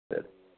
సరే